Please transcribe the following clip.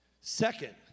Second